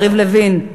יריב לוין,